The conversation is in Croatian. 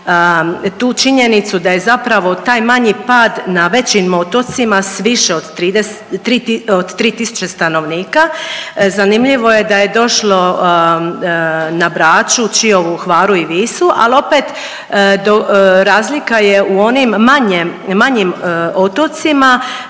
tu činjenicu da je zapravo taj manji pad na većim otocima sa više od 3000 stanovnika zanimljivo je da je došlo na Braču, Čiovu, Hvaru i Visu, ali opet razlika je u onim manjim otocima